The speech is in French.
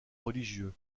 religieux